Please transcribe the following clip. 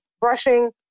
brushing